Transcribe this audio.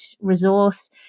resource